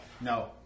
No